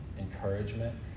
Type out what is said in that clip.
encouragement